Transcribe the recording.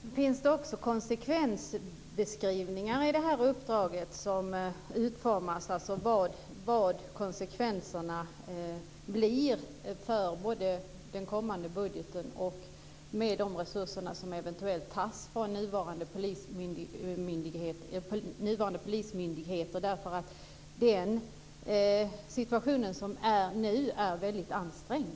Fru talman! Finns det också konsekvensbeskrivningar i detta uppdrag? Undersöker man vilka konsekvenserna blir för den kommande budgeten när det gäller de resurser som eventuellt tas från nuvarande polismyndigheter? Rådande situation är väldigt ansträngd.